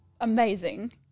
amazing